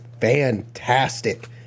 fantastic